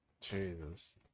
jesus